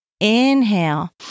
Inhale